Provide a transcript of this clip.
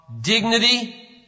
dignity